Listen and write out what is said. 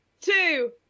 two